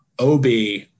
OB